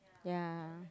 ya